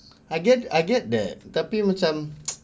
I get I get that tapi macam